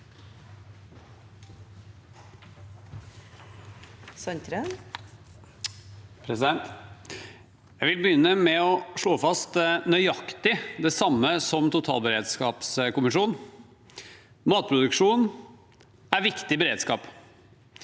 Jeg vil be- gynne med å slå fast nøyaktig det samme som totalberedskapskommisjonen: Matproduksjon er viktig beredskap.